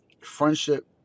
friendship